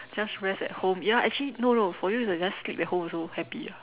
just rest at home ya actually no no for you just sleep at home also happy ah